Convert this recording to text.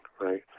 right